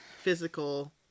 physical